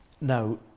Now